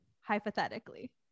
hypothetically